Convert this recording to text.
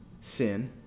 sin